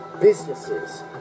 Businesses